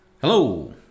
Hello